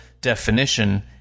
definition